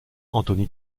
anthony